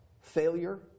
failure